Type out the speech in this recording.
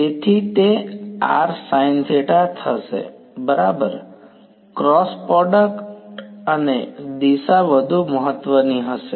તેથી તે થશે બરાબર ક્રોસ પ્રોડક્ટ અને દિશા વધુ મહત્વની હશે